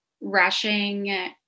rushing